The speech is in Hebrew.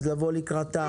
אז לבוא לקראתם.